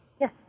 Yes